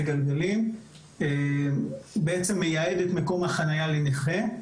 גלגלים בעצם מייעד את מקום החניה לנכה.